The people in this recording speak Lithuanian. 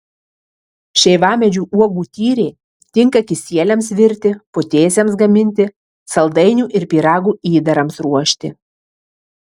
šeivamedžių uogų tyrė tinka kisieliams virti putėsiams gaminti saldainių ir pyragų įdarams ruošti